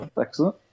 Excellent